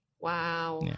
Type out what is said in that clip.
wow